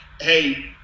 hey